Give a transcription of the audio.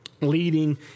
leading